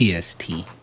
PST